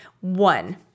one